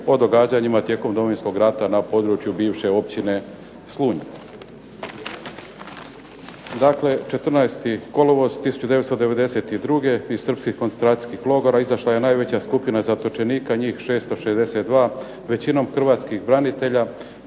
o događanjima tijekom Domovinskog rata na području bivše općine Slunj. Dakle, 14. kolovoz 1992. iz Srpskih koncentracijskih logora izašla je najveća skupina zatočenika njih 662, većinom Hrvatskih branitelja.